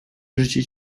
życie